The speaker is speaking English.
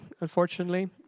unfortunately